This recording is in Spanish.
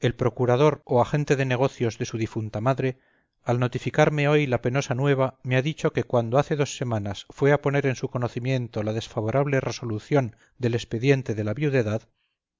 el procurador o agente de negocios de su difunta madre al notificarme hoy la penosa nueva me ha dicho que cuando hace dos semanas fue a poner en su conocimiento la desfavorable resolución del expediente de la viudedad